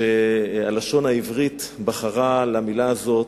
והלשון העברית בחרה למלה הזאת,